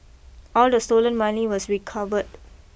all the stolen money was recovered